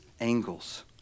angles